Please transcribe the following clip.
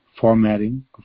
formatting